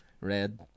Red